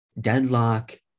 Deadlock